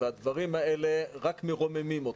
והדברים האלה רק מרוממים אותו.